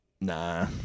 Nah